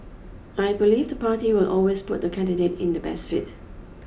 I believe the party will always put the candidate in the best fit